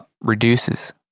reduces